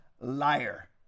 liar